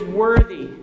worthy